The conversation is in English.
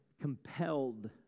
compelled